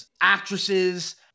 actresses